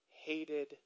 hated